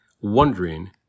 wondering